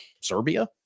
Serbia